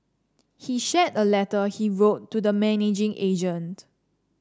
he shared a letter he wrote to the managing agent